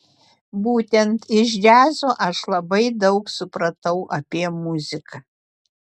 būtent iš džiazo aš labai daug supratau apie muziką